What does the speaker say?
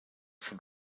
von